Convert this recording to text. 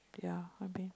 ya